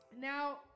Now